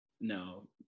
No